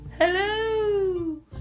HELLO